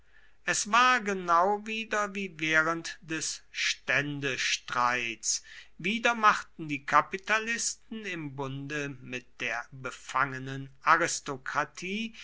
es war genau wieder wie während des ständestreits wieder machten die kapitalisten im bunde mit der befangenen